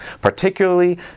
particularly